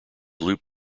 loop